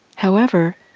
however,